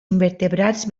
invertebrats